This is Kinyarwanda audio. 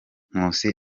nkusi